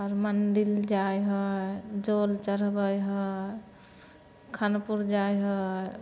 आओर मन्दिर जाइ है जल चढ़बै है खानपुर जाइ है